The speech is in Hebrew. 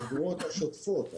האגרות השוטפות,